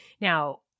Now